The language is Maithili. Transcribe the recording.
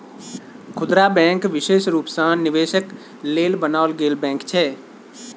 खुदरा बैंक विशेष रूप सँ निवेशक लेल बनाओल गेल बैंक छै